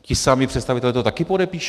Ti samí představitelé to taky podepíšou?